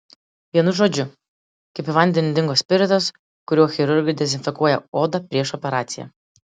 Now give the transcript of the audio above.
vienu žodžiu kaip į vandenį dingo spiritas kuriuo chirurgai dezinfekuoja odą prieš operaciją